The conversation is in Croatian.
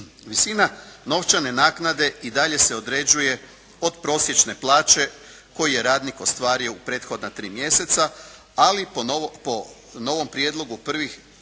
Visina novčane naknade i dalje se određuje od prosječne plaće koju je radnik ostvario u prethodna tri mjeseca ali po novom prijedlogu prvih